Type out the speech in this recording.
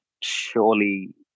surely